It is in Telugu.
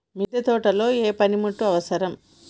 మిద్దె తోటలో ఏ పనిముట్లు అవసరం?